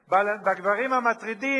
בגברים המטרידים,